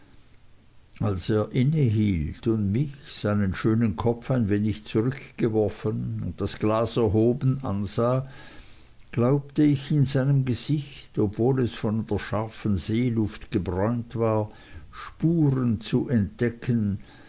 er innehielt und mich seinen schönen kopf ein wenig zurückgeworfen und das glas erhoben ansah glaubte ich in seinem gesicht obwohl es von der scharfen seeluft gebräunt war spuren zu entdecken